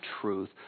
truth